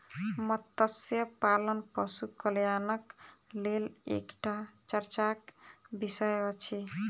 मत्स्य पालन पशु कल्याणक लेल एकटा चर्चाक विषय अछि